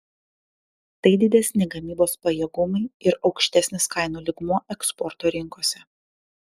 tai didesni gamybos pajėgumai ir aukštesnis kainų lygmuo eksporto rinkose